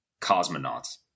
Cosmonauts